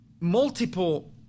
multiple